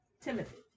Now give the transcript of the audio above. Timothy